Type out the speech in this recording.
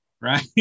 Right